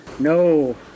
no